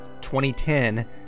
2010